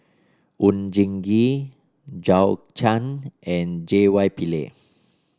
Oon Jin Gee Zhou Can and J Y Pillay